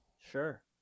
sure